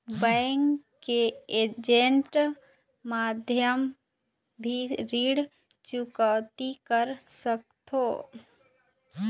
Bank के agent माध्यम भी ऋण चुकौती कर सकथों?